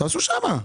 תעשו שם.